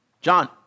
John